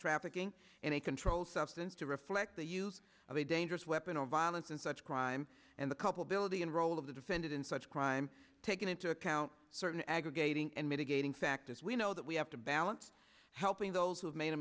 trafficking in a controlled substance to reflect the use of a dangerous weapon of violence and such crime and the culpability and role of the defendant in such a crime taking into account certain aggregating and mitigating factors we know that we have to balance helping those who have made a